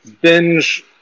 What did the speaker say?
binge